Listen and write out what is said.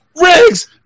Riggs